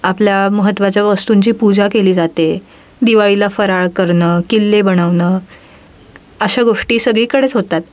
आपल्या महत्त्वाच्या वस्तूंची पूजा केली जाते दिवाळीला फराळ करणं किल्ले बनवणं अशा गोष्टी सगळीकडेच होतात